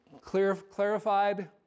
clarified